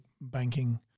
banking